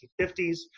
1950s